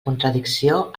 contradicció